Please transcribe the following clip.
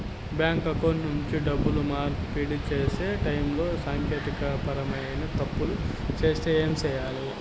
bank account నుండి డబ్బులు మార్పిడి సేసే టైములో సాంకేతికపరమైన తప్పులు వస్తే ఏమి సేయాలి